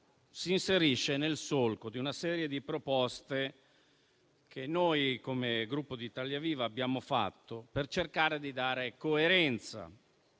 si inserisce nel solco di una serie di proposte che, come Gruppo Italia Viva, abbiamo fatto per cercare di dare coerenza